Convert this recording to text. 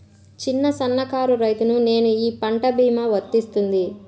చిన్న సన్న కారు రైతును నేను ఈ పంట భీమా వర్తిస్తుంది?